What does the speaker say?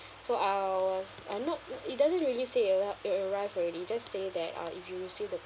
so I was uh not it it doesn't really say it arri~ it arrived already just say that um if you see the